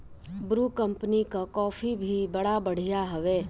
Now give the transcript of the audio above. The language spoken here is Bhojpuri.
ब्रू कंपनी कअ कॉफ़ी भी बड़ा बढ़िया हवे